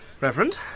Reverend